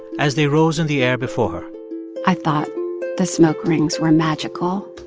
as they rose in the air before her i thought the smoke rings were magical